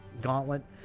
gauntlet